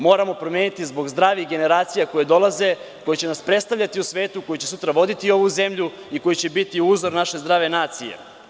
Moramo promeniti zbog zdravih generacija koje dolaze, koje će nas predstavljati u svetu, koje će sutra voditi ovu zemlju i koja će biti uzor naše zdrave nacije.